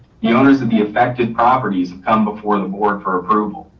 the owners of the affected properties come before the board for approval.